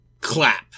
clap